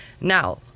Now